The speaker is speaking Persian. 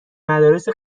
مدارس